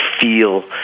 feel